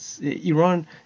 Iran